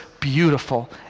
beautiful